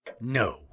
No